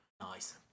Nice